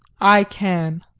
i can.